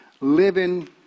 living